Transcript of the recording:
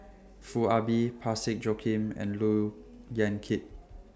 Foo Ah Bee Parsick Joaquim and Look Yan Kit